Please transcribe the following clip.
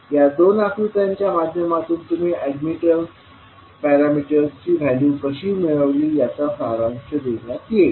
या दोन आकृत्यांच्या माध्यमातून तुम्ही अॅडमिटन्स पॅरामीटर्सची व्हॅल्यू कशी मिळाली याचा सारांश देण्यात येईल